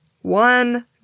One